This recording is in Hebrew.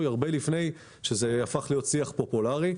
הרבה לפני שזה הפך להיות שיח פופולרי.